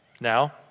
now